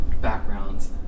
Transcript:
backgrounds